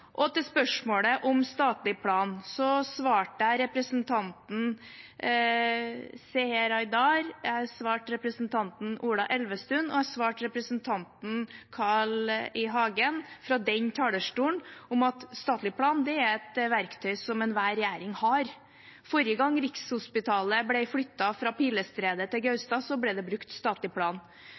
spørsmålet om statlig plan, har jeg svart representanten Seher Aydar, jeg har svart representanten Ola Elvestuen, og jeg svarte representanten Carl I. Hagen fra talerstolen i replikkordskiftet om at statlig plan er et verktøy som enhver regjering har. Forrige gang Rikshospitalet ble flyttet, fra Pilestredet til Gaustad, ble det brukt statlig plan.